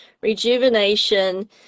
rejuvenation